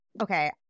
Okay